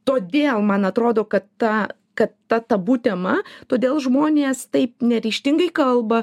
todėl man atrodo kad ta kad ta tabu tema todėl žmonės taip neryžtingai kalba